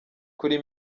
kuri